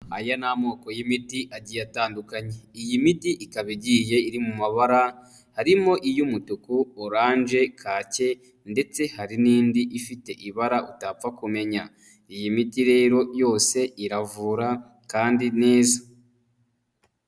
Aya ni amoko y'imiti agiye atandukanye, iyi miti ikaba igiye iri mu mabara harimo iy'umutuku, oranje kake, ndetse hari n'indi ifite ibara utapfa kumenya iyi miti rero yose iravura kandi neza.